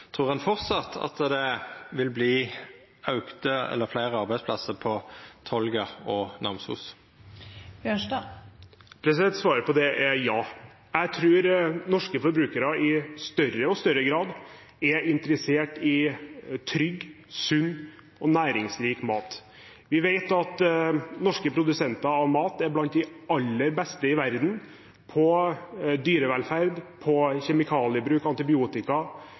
trur ein framleis at det vil verta fleire arbeidsplassar på Tolga og i Namsos? Svaret på det er ja. Jeg tror norske forbrukere i større og større grad er interessert i trygg, sunn og næringsrik mat. Vi vet at norske produsenter av mat er blant de aller beste i verden på dyrevelferd, kjemikaliebruk, antibiotikabruk – i det hele tatt på